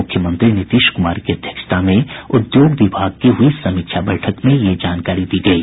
मुख्यमंत्री नीतीश कुमार की अध्यक्षता में उद्योग विभाग की हुई बैठक में ये जानकारी दी गयी